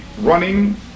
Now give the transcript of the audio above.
running